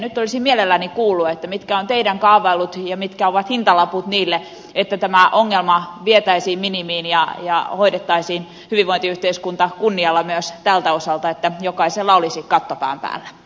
nyt olisin mielelläni kuullut mitkä ovat teidän kaavailunne ja mitkä ovat hintalaput sille että tämä ongelma vietäisiin minimiin ja hoidettaisiin hyvinvointiyhteiskunta kunnialla myös tältä osalta että jokaisella olisi katto pään päällä